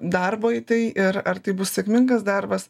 darbo į tai ir ar tai bus sėkmingas darbas